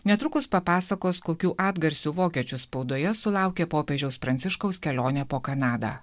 netrukus papasakos kokių atgarsių vokiečių spaudoje sulaukė popiežiaus pranciškaus kelionė po kanadą